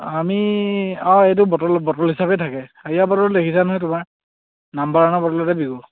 আমি অঁ এইটো বটল বটল হিচাপে থাকে হাৰিয়া বটলটো দেখিছা নহয় তোমাৰ নাম্বাৰ ৱানৰ বটলতে বিকোঁ